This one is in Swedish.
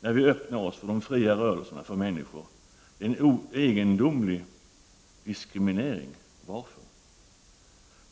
när vi öppnar oss för de fria rörelserna för människor. Det är en egendomlig diskriminering. Varför?